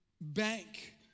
bank